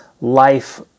life